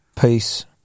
Peace